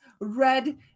red